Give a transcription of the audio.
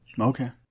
okay